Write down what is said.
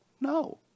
No